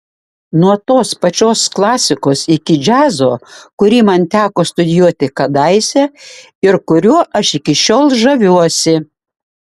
nuo tos pačios klasikos iki džiazo kurį man teko studijuoti kadaise ir kuriuo aš iki šiol žaviuosi